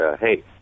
hey